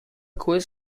quiz